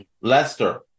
Leicester